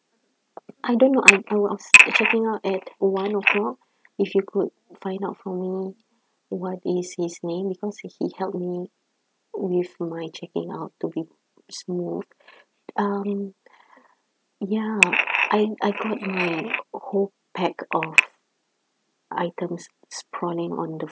I don't know I I was checking out at one o'clock if you could find out for me what is his name because he helped me with my checking out to be smooth um ya and I got my whole pack of items sprawling on the